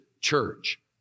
church